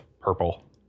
purple